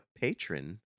patron